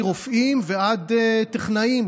מרופאים ועד טכנאים,